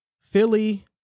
Philly